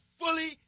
fully